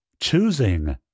Choosing